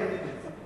הוא מסובך בעור צבי.